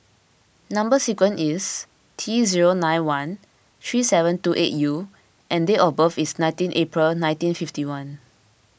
Number Sequence is T zero nine one three seven two eight U and date of birth is nineteen April nineteen fifty one